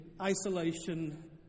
isolation